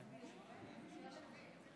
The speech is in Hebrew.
הצעת החוק כשלעצמה היא הצעת חוק